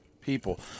people